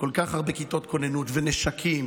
כל כך הרבה כיתות כוננות ונשקים,